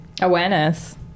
Awareness